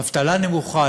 אבטלה נמוכה,